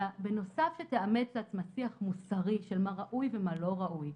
אלא בנוסף שתאמץ לעצמה שיח מוסרי של מה ראוי ומה לא ראוי.